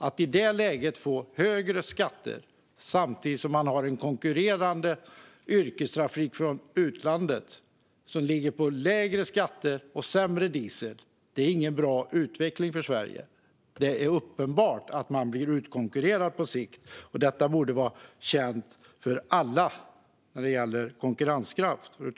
Att i det läget få högre skatter samtidigt som man har en konkurrerande yrkestrafik från utlandet, som har lägre skatter och sämre diesel, är ingen bra utveckling för Sverige. Det är uppenbart att man då blir utkonkurrerad på sikt, och detta borde vara känt för alla när det gäller konkurrenskraft.